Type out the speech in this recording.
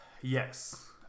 Yes